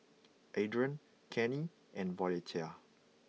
Adrain Kenny and Violetta